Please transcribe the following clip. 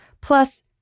Plus